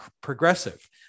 progressive